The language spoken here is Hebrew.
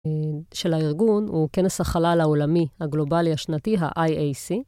של הארגון הוא כנס החלל העולמי הגלובלי השנתי, ה-IAC.